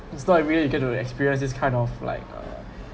it's not really you get to experience this kind of like uh